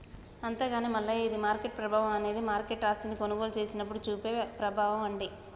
అంతేగాని మల్లయ్య ఇది మార్కెట్ ప్రభావం అనేది మార్కెట్ ఆస్తిని కొనుగోలు చేసినప్పుడు చూపే ప్రభావం అండి